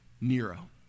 Nero